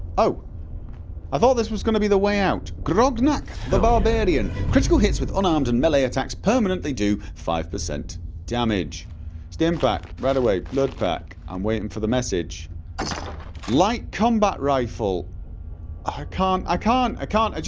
oh i thought this was gonna be the way out grognack the barbarian critical hits with unarmed and melee attacks permanently do five percent damage stimpak radaway blood pack i'm waiting for the message light combat rifle i can't i can't! i can't,